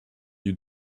you